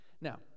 Now